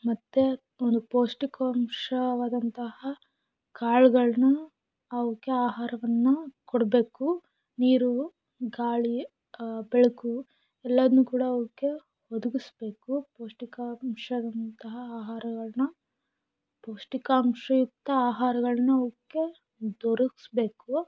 ಮತ್ತು ಪೌಷ್ಟಿಕಾಂಶವಾದಂತಹ ಕಾಳುಗಳನ್ನ ಅವಕ್ಕೆ ಆಹಾರವನ್ನು ಕೊಡಬೇಕು ನೀರು ಗಾಳಿ ಬೆಳಕು ಎಲ್ಲಾನು ಕೂಡ ಅವಕ್ಕೆ ಒದಗಿಸ್ಬೇಕು ಪೌಷ್ಟಿಕಾಂಶಂತಹ ಆಹಾರಗಳನ್ನ ಪೌಷ್ಟಿಕಾಂಶಯುಕ್ತ ಆಹಾರಗಳ್ನ ಅವಕ್ಕೆ ದೊರ್ಕಿಸ್ಬೇಕು